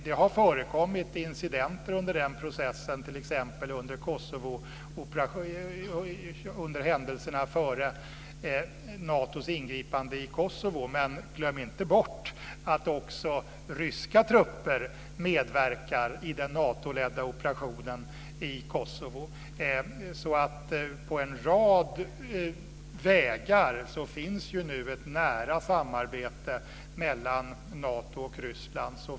Det har förekommit incidenter under den processen, t.ex. under händelserna före Natos ingripande i Kosovo. Glöm inte bort att också ryska trupper medverkar i den Natoledda operationen i Kosovo. På en rad vägar finns nu ett nära samarbete mellan Nato och Ryssland.